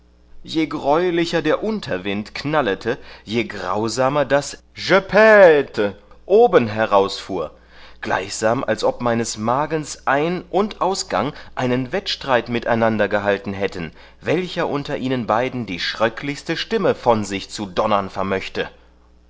je greulicher der unterwind knallete je grausamer das je pte oben herausfuhr gleichsam als ob meines magens ein und ausgang einen wettstreit miteinander gehalten hätten welcher unter ihnen beiden die schröcklichste stimme von sich zu donnern vermöchte